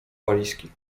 walizki